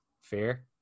fear